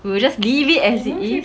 we will just leave it as it is